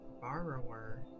borrower